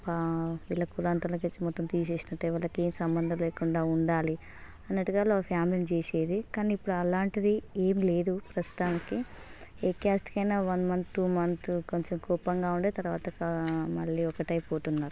వీళ్ళ కులాంతనకిచ్చి మొత్తం తీసేసినట్టే వాళ్ళకి ఏం సంబంధం లేకుండా ఉండాలి అన్నట్టుగా వాళ్ళ ఫ్యామిలీ చేసేది కానీ ఇప్పుడు అలాంటిది ఏం లేదు ప్రస్తుతానికి ఏ క్యాస్ట్కి అయినా వన్ మంత్ టూ మంత్ కొంచెం కోపంగా ఉండే తర్వాత మళ్ళీ ఒకటయిపోతున్నారు